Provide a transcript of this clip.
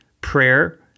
Prayer